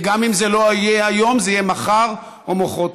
וגם אם זה לא יהיה היום, זה יהיה מחר או מוחרתיים.